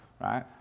right